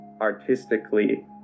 artistically